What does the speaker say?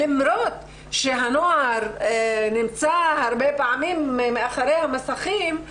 למרות שהנוער נמצא הרבה פעמים מאחורי המסכים,